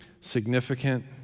significant